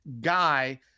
guy